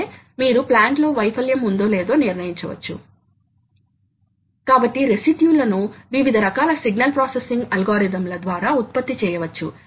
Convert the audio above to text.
కాబట్టి ఇది వేగం తో సంబంధం లేకుండా ఎక్కువ లేదా తక్కువ స్థిరంగా ఉంటుంది కాబట్టి వేగంతో సంబంధం లేకుండా అది స్థిరంగా ఉంటుంది